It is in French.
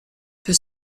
peut